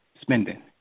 spending